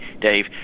Dave